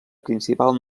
principal